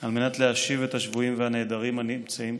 על מנת להשיב את השבויים והנעדרים הנמצאים,